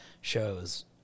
shows